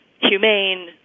humane